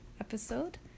episode